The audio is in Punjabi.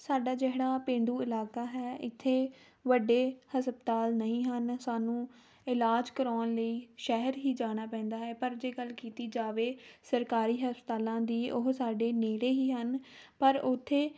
ਸਾਡਾ ਜਿਹੜਾ ਪੇਂਡੂ ਇਲਾਕਾ ਹੈ ਇੱਥੇ ਵੱਡੇ ਹਸਪਤਾਲ ਨਹੀਂ ਹਨ ਸਾਨੂੰ ਇਲਾਜ ਕਰਵਾਉਣ ਲਈ ਸ਼ਹਿਰ ਹੀ ਜਾਣਾ ਪੈਂਦਾ ਹੈ ਪਰ ਜੇ ਗੱਲ ਕੀਤੀ ਜਾਵੇ ਸਰਕਾਰੀ ਹਸਪਤਾਲਾਂ ਦੀ ਉਹ ਸਾਡੇ ਨੇੜੇ ਹੀ ਹਨ ਪਰ ਉੱਥੇ